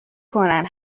کنن